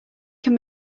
can